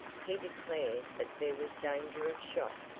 he declared but there was danger of shock,